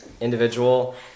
individual